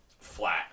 flat